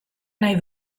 nahi